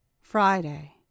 Friday